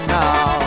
now